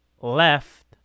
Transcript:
left